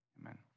amen